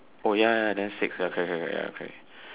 oh ya ya ya then six ya correct correct correct ya correct